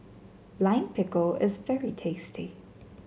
Lime Pickle is very tasty